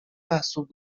محسوب